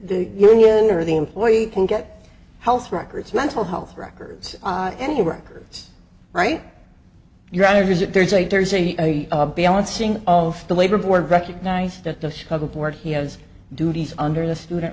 the union or the employee can get health records mental health records any records right your honor is it there's a there's a balancing of the labor board recognize that the chicago board he has duties under the student